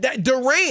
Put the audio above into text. Durant